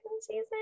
season